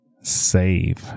save